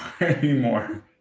anymore